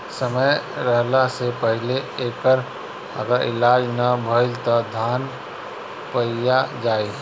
समय रहला से पहिले एकर अगर इलाज ना भईल त धान पइया जाई